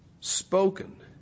spoken